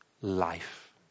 Life